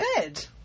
Good